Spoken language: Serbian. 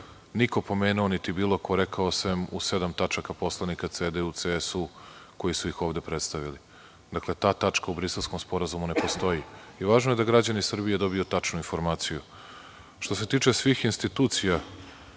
niko pomenuo, niti ko rekao, sem u sedam tačaka poslanika CDU i CSU koji su ih ovde prestavili. Dakle, ta tačka u Briselskom sporazumu ne postoji i važno je da građani Srbije dobiju tačnu informaciju. Što se tiče svih institucija